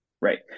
Right